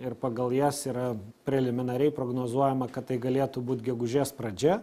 ir pagal jas yra preliminariai prognozuojama kad tai galėtų būt gegužės pradžia